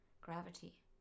Gravity